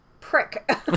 prick